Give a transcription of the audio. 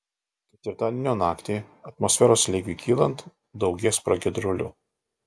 ketvirtadienio naktį atmosferos slėgiui kylant daugės pragiedrulių